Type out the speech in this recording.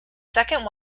second